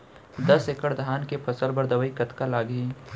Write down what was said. दस एकड़ धान के फसल बर दवई कतका लागही?